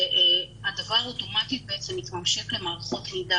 והדבר אוטומטית מתממשק למערכות מידע